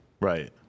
Right